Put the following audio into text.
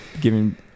giving